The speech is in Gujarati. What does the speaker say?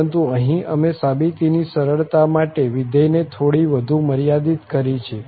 પરંતુ અહીં અમે સાબિતીની સરળતા માટે વિધેયને થોડી વધુ મર્યાદિત કરી છે